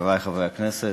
חברי חברי הכנסת,